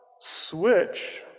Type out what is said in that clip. switch